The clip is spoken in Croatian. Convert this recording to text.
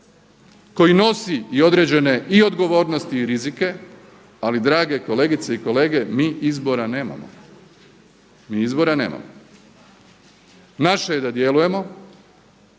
koji nosi i određene i odgovornosti i rizike. Ali drage kolegice i kolege, mi izbora nemamo. Naše je da djelujemo.